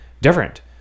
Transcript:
different